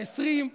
בכנסת העשרים,